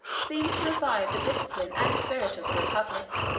seemed to revive the discipline and spirit of the republic.